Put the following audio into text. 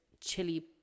chili